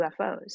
ufos